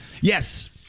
Yes